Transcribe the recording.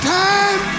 time